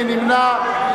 מי נמנע?